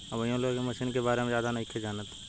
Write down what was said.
अभीयो लोग ए मशीन के बारे में ज्यादे नाइखे जानत